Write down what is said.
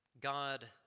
God